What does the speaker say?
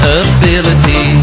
ability